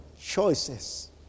Choices